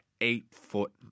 eight-foot